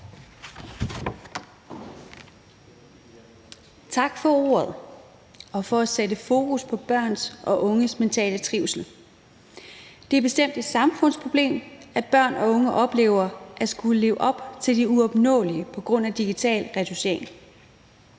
Tak for ordet og for at sætte fokus på børns og unges mentale trivsel. Det er bestemt et samfundsproblem, at børn og unge oplever at skulle leve op til det uopnåelige på grund af digital retouchering.